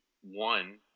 one